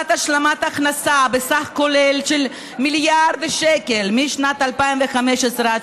השלמת הכנסה בסכום כולל של מיליארד שקל משנת 2015 עד